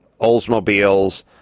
Oldsmobiles